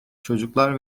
çocuklar